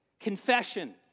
confession